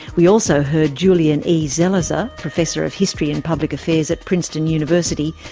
we also heard julian h. zelizer, professor of history and public affairs at princeton university,